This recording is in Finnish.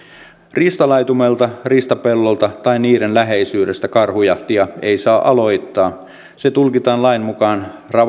riistalaitumelta riistapellolta tai niiden läheisyydestä karhujahtia ei saa aloittaa se tulkitaan lain mukaan